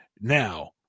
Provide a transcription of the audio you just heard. Now